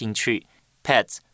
Pets